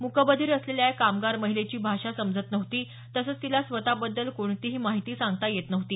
मूकबधिर असलेल्या या कामगार महिलेची भाषा समजत नव्हती तसंच तिला स्वतःबद्दल कोणतीही माहिती सांगता येत नव्हती